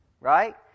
Right